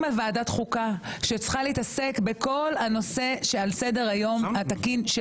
על ועדת חוקה שצריכה להתעסק בכל הנושא שעל סדר היום התקין של